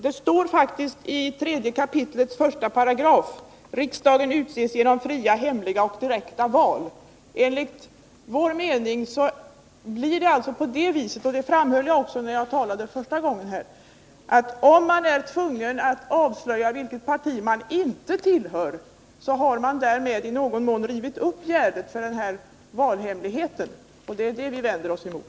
I regeringsformen 3 kap. 1§ står det: ”Riksdagen utses genom fria, hemliga och direkta val.” Om någon tvingas att avslöja vilket parti han inte tillhör, har man enligt vår mening därmed i någon mån rivit upp gärdet för valhemligheten. Och det är det som vi vänder oss emot.